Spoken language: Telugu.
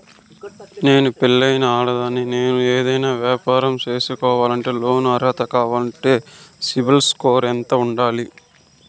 నేను పెళ్ళైన ఆడదాన్ని, నేను ఏదైనా వ్యాపారం సేయాలంటే లోను అర్హత కావాలంటే సిబిల్ స్కోరు ఎంత ఉండాలి?